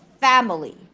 family